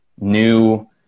new